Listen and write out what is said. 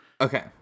Okay